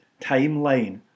timeline